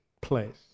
place